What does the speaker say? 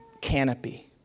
canopy